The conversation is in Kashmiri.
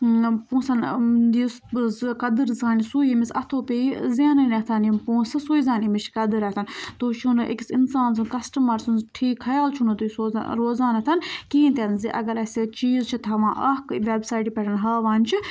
پونٛسَن یُس بہٕ سُہ قدٕر زانہِ سُے ییٚمِس اَتھو پیٚیہِ زینٕنۍ یِم پونٛسہٕ سُے زانہِ اَمِچ قدٕر تُہۍ چھُو نہٕ أکِس اِنسان سُنٛد کَسٹمَر سُنٛد ٹھیٖک خیال چھُو نہٕ تُہۍ سوزان روزان کِہیٖنۍ تہِ نہٕ زِ اگر اَسہِ چیٖز چھِ تھاوان اَکھ وٮ۪بسایٹہِ پٮ۪ٹھ ہاوان چھِ